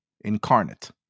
incarnate